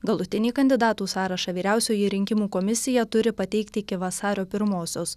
galutinį kandidatų sąrašą vyriausioji rinkimų komisija turi pateikti iki vasario pirmosios